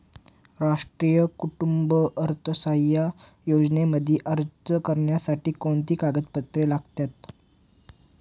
राष्ट्रीय कुटुंब अर्थसहाय्य योजनेमध्ये अर्ज करण्यासाठी कोणती कागदपत्रे लागतात?